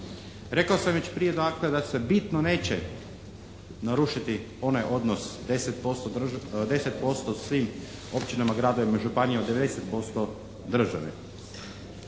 Rekao sam već prije dakle da se bitno neće narušiti onaj odnos 10% svim općinama, gradovima i županijama, 90% državi.